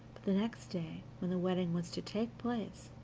the next day, when the wedding was to take place,